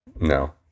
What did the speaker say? No